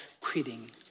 quitting